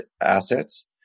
assets